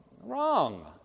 wrong